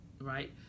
right